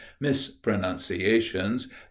mispronunciations